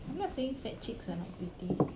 I'm not saying fat chicks are not pretty